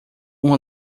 uma